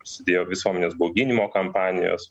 prasidėjo visuomenės bauginimo kampanijos